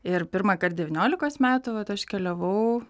ir pirmąkart devyniolikos metų vat aš keliavau